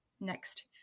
next